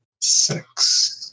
six